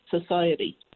society